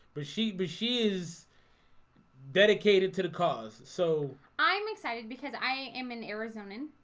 but she but she is dedicated to the cause, so i'm excited because i am in arizonan,